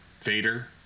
Vader